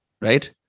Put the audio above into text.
right